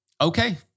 Okay